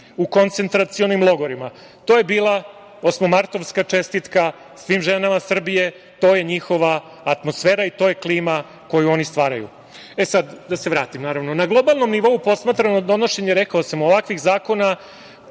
u koncentracionim logorima. To je bila osmomartovska čestitka svim ženama Srbije. To je njihova atmosfera i to je klima koju oni stvaraju. Sad da se vratim, naravno. Na globalnom nivou posmatrano, donošenje, rekao sam, ovakvih zakona